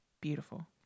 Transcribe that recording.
Beautiful